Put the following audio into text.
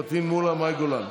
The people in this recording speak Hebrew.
פטין מולא ומאי גולן,